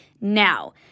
Now